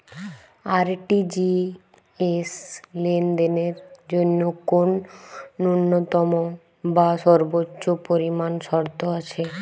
RTGS লেনদেনের জন্য কোন ন্যূনতম বা সর্বোচ্চ পরিমাণ শর্ত আছে?